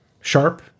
sharp